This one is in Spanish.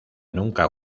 nunca